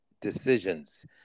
decisions